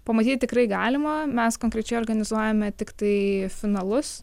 pamatyt tikrai galima mes konkrečiai organizuojame tiktai finalus